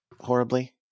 horribly